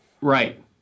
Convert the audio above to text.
Right